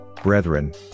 brethren